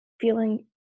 feeling